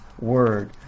Word